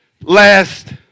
Last